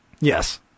Yes